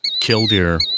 Killdeer